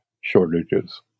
shortages